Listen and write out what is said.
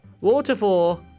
Waterfall